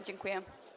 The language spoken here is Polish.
Dziękuję.